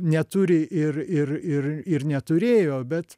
neturi ir ir ir ir neturėjo bet